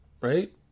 right